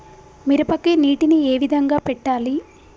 మిరపకి నీటిని ఏ విధంగా పెట్టాలి?